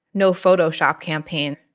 no photoshop campaign.